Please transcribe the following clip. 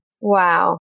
Wow